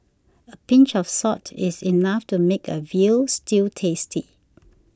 a pinch of salt is enough to make a Veal Stew tasty